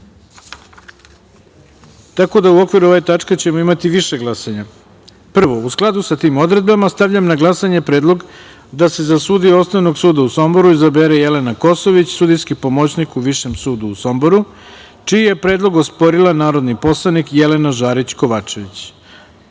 da ćemo u okviru ove tačke imati više glasanja.U skladu sa tim odredbama stavljam na glasanje predlog da se za sudiju Osnovnog suda u Somboru izabere Jelena Kosović, sudijski pomoćnik u Višem sudu u Somboru, čiji je predlog osporila narodni poslanik Jelena Žarić Kovačević. Molim